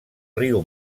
riu